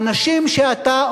האנשים שאתה,